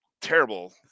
terrible